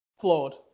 Flawed